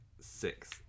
six